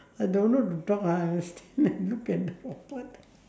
I don't know the ah I will stand and look at the robot